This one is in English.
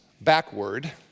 backward